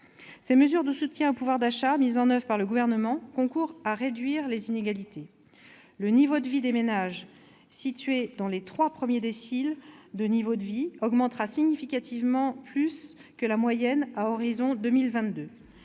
Ces mesures de soutien au pouvoir d'achat, mises en oeuvre par le Gouvernement, concourent à réduire les inégalités. Le niveau de vie des ménages situés dans les trois premiers déciles de niveau de vie augmentera significativement plus que la moyenne à l'horizon 2022.